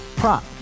prop